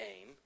aim